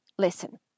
listen